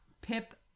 Pip